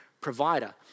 provider